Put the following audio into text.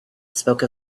spoke